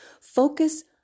Focus